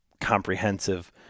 comprehensive